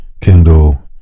Kindle